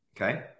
Okay